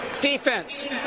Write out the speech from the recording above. Defense